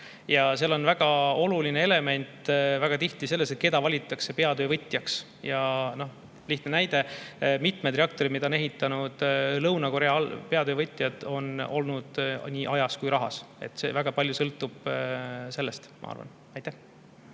Ja seal on väga oluline element väga tihti see, keda valitakse peatöövõtjaks. Lihtne näide: mitmed reaktorid, mida on ehitanud Lõuna-Korea peatöövõtjad, on olnud nii ajas kui ka rahas. Väga palju sõltub sellest, ma arvan. Aitäh!